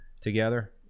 together